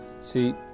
See